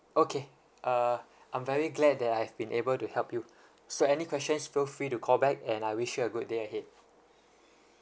okay uh I'm very glad that I've been able to help you so any questions feel free to call back and I wish you a good day ahead